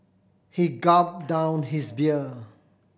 he gulp down his beer